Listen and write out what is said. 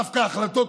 סליחה שהתרגזתי.